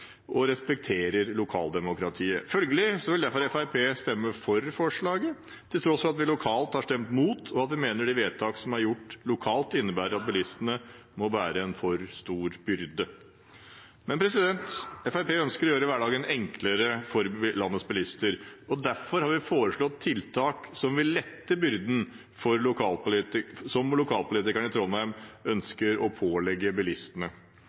og respekterer lokaldemokratiet. Følgelig vil Fremskrittspartiet stemme for forslaget, til tross for at vi lokalt har stemt imot, og at vi mener de vedtakene som er gjort lokalt, innebærer at bilistene må bære en for stor byrde. Fremskrittspartiet ønsker å gjøre hverdagen enklere for landets bilister. Derfor har vi foreslått tiltak som vil lette byrdene som lokalpolitikerne i Trondheim ønsker å pålegge bilistene.